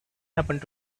happened